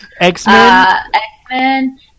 X-Men